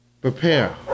Prepare